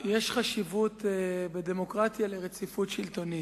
יש חשיבות בדמוקרטיה לרציפות שלטונית,